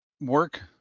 work